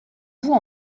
vous